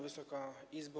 Wysoka Izbo!